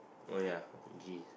oh ya geez